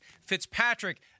Fitzpatrick